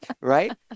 Right